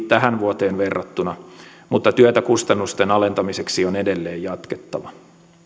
tähän vuoteen verrattuna mutta työtä kustannusten alentamiseksi on edelleen jatkettava